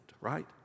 right